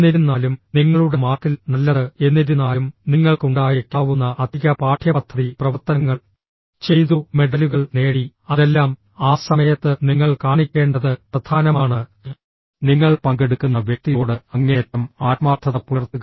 എന്നിരുന്നാലും നിങ്ങളുടെ മാർക്കിൽ നല്ലത് എന്നിരുന്നാലും നിങ്ങൾക്ക് ഉണ്ടായേക്കാവുന്ന അധിക പാഠ്യപദ്ധതി പ്രവർത്തനങ്ങൾ ചെയ്തു മെഡലുകൾ നേടി അതെല്ലാം ആ സമയത്ത് നിങ്ങൾ കാണിക്കേണ്ടത് പ്രധാനമാണ് നിങ്ങൾ പങ്കെടുക്കുന്ന വ്യക്തിയോട് അങ്ങേയറ്റം ആത്മാർത്ഥത പുലർത്തുക